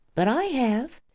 but i have.